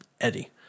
Eddie